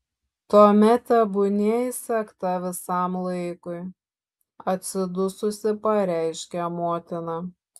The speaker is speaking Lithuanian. tuomet tebūnie įsegta visam laikui atsidususi pareiškia motina